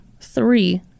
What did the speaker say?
three